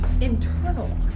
internal